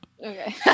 Okay